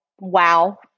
wow